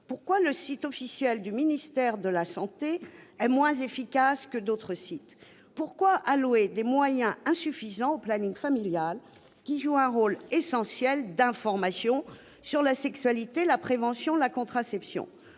Pourquoi le site officiel du ministère de la santé est-il moins efficace que d'autres sites ? Pourquoi allouer des moyens insuffisants au planning familial, qui joue un rôle pourtant essentiel d'information sur la sexualité, la prévention, la contraception